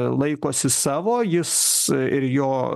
laikosi savo jis ir jo